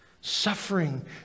suffering